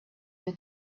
you